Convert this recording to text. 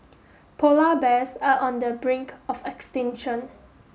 polar bears are on the brink of extinction